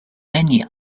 many